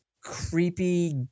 creepy